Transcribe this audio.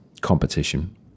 competition